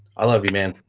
i love you man.